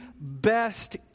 best